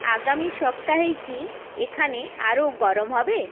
আগামী সপ্তাহেই কি এখানে আরও গরম হবে